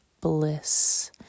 bliss